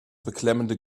beklemmende